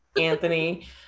Anthony